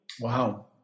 Wow